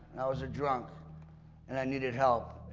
i was a drunk and i needed help.